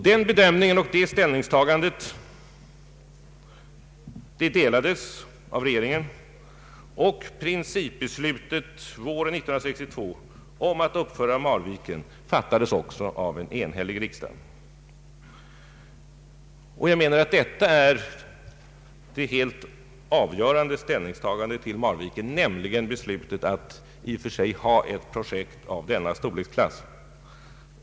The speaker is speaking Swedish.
Den bedömningen och det ställningstagandet delades av regeringen, och principbeslutet våren 1962 om att uppföra Marviken fattades också av en enhällig riksdag. Jag menar att detta var det helt avgörande ställningstagandet i Marvikenfrågan, nämligen beslutet att i och för sig ha ett projekt av denna storleksklass.